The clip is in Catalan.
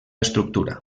estructura